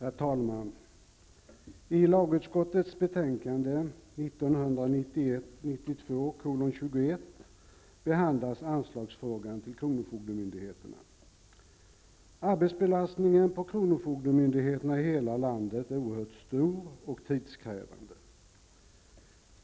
Herr talman! I lagutskottets betänkande 1991/92:21 behandlas frågan om anslag till kronofogdemyndigheterna. Arbetsbelastningen på kronofogdemyndigheterna i hela landet är oerhört stor och arbetet tidskrävande.